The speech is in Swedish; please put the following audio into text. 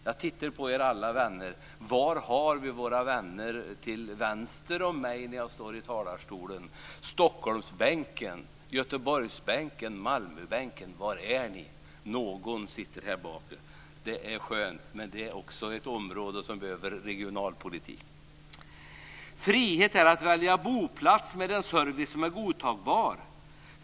Jag tittar på er alla vänner. Var har vi våra vänner till vänster om mig när jag står i talarstolen, de på Stockholmsbänken, Göteborgsbänken och Malmöbänken? Någon sitter där bak. Det är skönt. Men det är också ett område som behöver regionalpolitik. Frihet är att välja boplats med en service som är godtagbar.